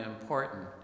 important